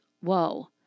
whoa